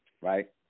right